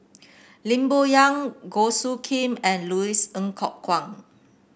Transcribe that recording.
Lim Bo Yam Goh Soo Khim and Louis Ng Kok Kwang